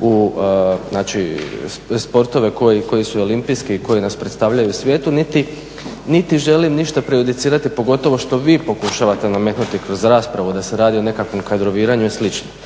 u sportove koji su olimpijski i koji nas predstavljaju u svijetu, niti želim ništa prejudicirati, pogotovo što vi pokušavate nametati kroz raspravu, da se radi o nekakvom kadroviranju i slično.